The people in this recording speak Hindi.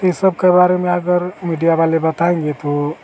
ये सब का बारे में अगर मिडिया वाले बताएंगे तो